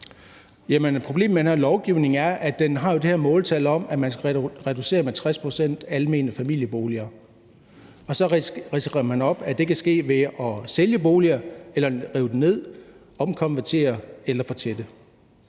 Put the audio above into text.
Problemet med den her lovgivning er, at den jo har det her måltal om, at man skal reducere antallet af almene familieboliger med 60 pct., og så ridser man op, at det kan ske ved at sælge boliger eller rive dem ned, omkonvertere eller fortætte.